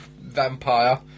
vampire